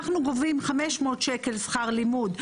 אנחנו גובים 500 שקלים שכר לימוד,